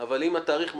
אבל אם התאריך מפריע,